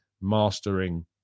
mastering